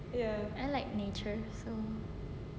I like nature so